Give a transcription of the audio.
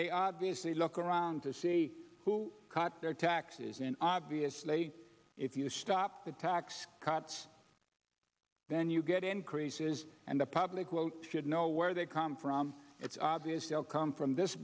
they obviously look around to see who cut their taxes and obviously if you stop the tax cuts then you get increases and the public won't should know where they come from it's obvious they'll come from this